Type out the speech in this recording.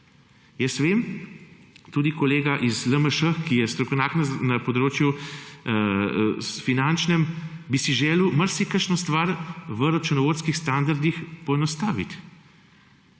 Jaz vem, tudi kolega iz LMŠ, ki je strokovnjak na finančnem področju, bi si želel marsikakšno stvar v računovodskih standardih poenostaviti,